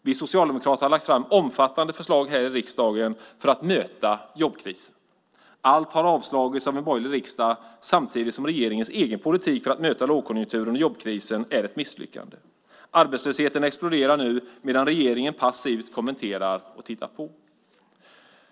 Vi socialdemokrater har lagt omfattande förslag här i riksdagen för att möta jobbkrisen. Allt har avslagits av en borgerlig riksdag samtidigt som regeringens egen politik för att möta lågkonjunkturen och jobbkrisen är ett misslyckande. Arbetslösheten exploderar nu medan regeringen passivt kommenterar och tittar på.